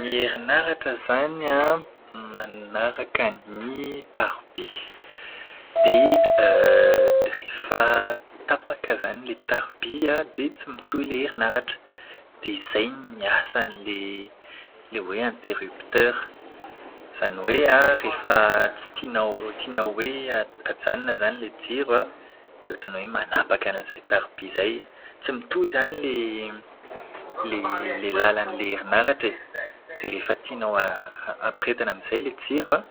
Ny herinaratra izany an, manaraka ny taroby. Dia rehefa tapaka izany ilay taroby dia tsy mitohy ilay herinaratra. Dia izay ny asan'ilay ilay hoe "interrupteur". Izany hoe an, rehefa tsy tianao tianao hoe ajanona izany ilay jiro an, dia ohatran'ny hoe manapaka an'izay taroby izay. Mitohy izany ilay ilay lalan'ilay herinaratra e. Dia rehefa tianao ampirehetina amin'izay ilay jiro an,